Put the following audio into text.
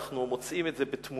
אנחנו מוצאים את זה בתמונות,